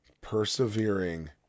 persevering